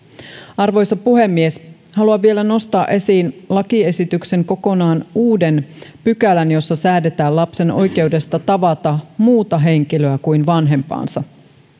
arvoisa puhemies haluan vielä nostaa esiin lakiesityksen kokonaan uuden pykälän jossa säädetään lapsen oikeudesta tavata muuta henkilöä kuin vanhempaansa